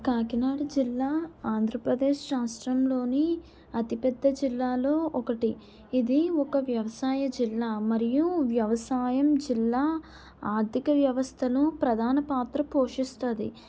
కాకినాడ జిల్లా ఆంధ్రప్రదేశ్ రాష్ట్రంలోని అతిపెద్ద జిల్లాలో ఒకటి ఇది ఒక వ్యవసాయ జిల్లా మరియు వ్యవసాయం జిల్లా ఆర్థిక వ్యవస్థను ప్రధాన పాత్ర పోషిస్తది